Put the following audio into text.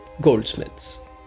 goldsmiths